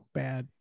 bad